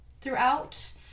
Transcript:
throughout